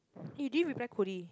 you didn't reply Cody